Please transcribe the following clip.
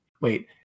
wait